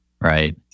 Right